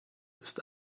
ist